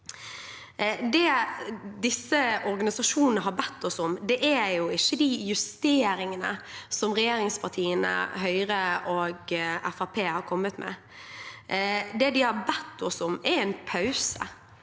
Det disse organisasjonene har bedt oss om, er ikke de justeringene som regjeringspartiene, Høyre og Fremskrittspartiet har kommet med. Det de har bedt oss om, er en pause.